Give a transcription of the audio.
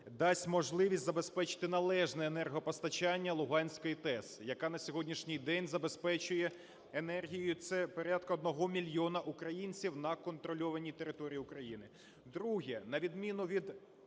дасть можливість забезпечити належне енергопостачання Луганської ТЕС, яка на сьогоднішній день забезпечує енергією, це порядка одного мільйона українців на контрольованій території України. Друге: на відміну від